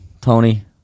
Tony